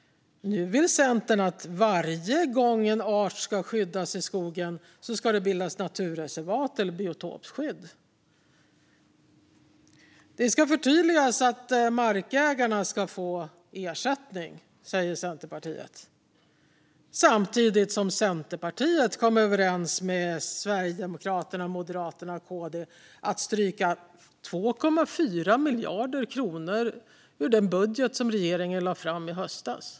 Nu vill Centern att det varje gång en art ska skyddas i skogen ska bildas naturreservat eller biotopskydd. Det ska förtydligas att markägarna ska få ersättning, säger Centerpartiet. Samtidigt har Centerpartiet har kommit överens med Sverigedemokraterna, Moderaterna och Kristdemokraterna om att stryka 2,4 miljarder kronor ur den budget som regeringen lade fram i höstas.